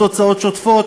עוד הוצאות שוטפות,